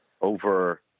over